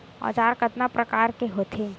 औजार कतना प्रकार के होथे?